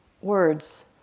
words